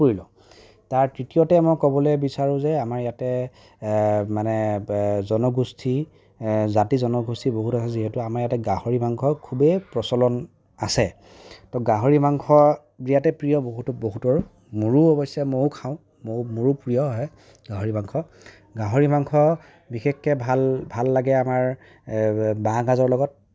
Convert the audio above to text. তাৰ তৃতীয়তে মই ক'বলৈ বিচাৰোঁ যে আমাৰ ইয়াতে মানে জনগোষ্ঠী জাতি জনগোষ্ঠী বহুত আছে যিহেতু আমাৰ ইয়াতে গাহৰি মাংস খুবেই প্ৰচলন আছে ত গাহৰি মাংস বিৰাটে প্ৰিয় বহুত বহুতৰ মোৰো অৱশ্যে ময়ো খাওঁ মইও মোৰো প্ৰিয় হয় গাহৰি মাংস গাহৰি মাংস বিশেষকে ভাল ভাল লাগে আমাৰ বাহঁগাজৰ লগত